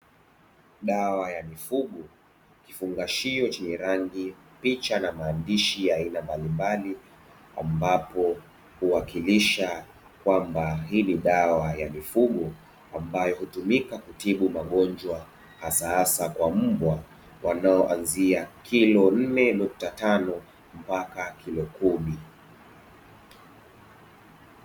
Dawa ya mifugo. Kifungashio chenye rangi, picha na maandishi ya aina mbalimbali ambapo huwakilisha kwamba hii ni dawa ya mifugo ambayo hutumika kutibu magonjwa hasa hasa kwa mbwa wanaoanzia kilo nne nukta tano mpaka kilo kumi.